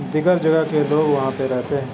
دیگر جگہ کے لوگ وہاں پے رہتے ہیں